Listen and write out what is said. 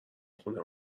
خونه